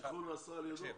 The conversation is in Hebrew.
התכלול נעשה על ידו.